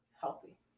healthy